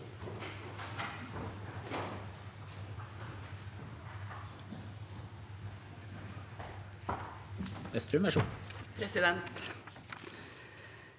Presidenten